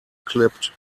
clipped